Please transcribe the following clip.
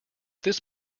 this